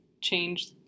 change